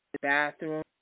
bathroom